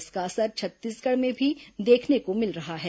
इसका असर छत्तीसगढ़ में भी देखने को मिल रहा है